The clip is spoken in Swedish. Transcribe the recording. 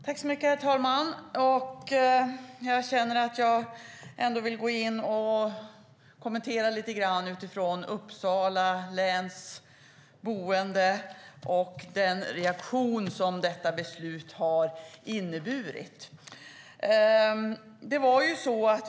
Herr talman! Jag känner att jag som boende i Uppsala län vill kommentera detta lite grann och tala om reaktionerna på beslutet.